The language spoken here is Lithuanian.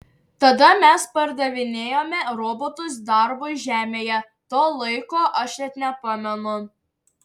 tada mes pardavinėjome robotus darbui žemėje to laiko aš net nepamenu